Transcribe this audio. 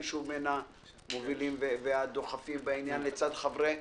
הוא בין המובילים והדוחפים בעניין לצד חברי